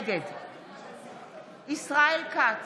נגד ישראל כץ,